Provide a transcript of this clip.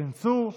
בצורה קשה.